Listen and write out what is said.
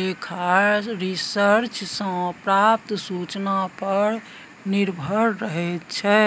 लेखा रिसर्च सँ प्राप्त सुचना पर निर्भर रहैत छै